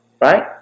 Right